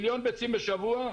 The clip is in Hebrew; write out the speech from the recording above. מיליון ביצים בשבוע,